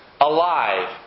alive